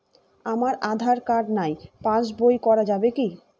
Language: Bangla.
আমার আঁধার কার্ড নাই পাস বই করা যাবে কি?